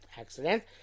accident